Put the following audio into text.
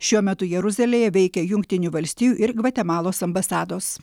šiuo metu jeruzalėje veikia jungtinių valstijų ir gvatemalos ambasados